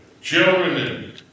children